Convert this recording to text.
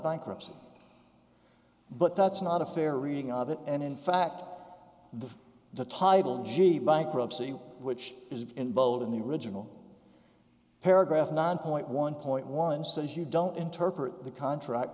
bankruptcy but that's not a fair reading of it and in fact the the title g bankruptcy which is in both in the original paragraph nine point one point one says you don't interpret the contract